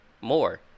more